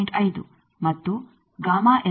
5 ಮತ್ತು 0